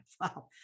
Wow